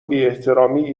بیاحترامی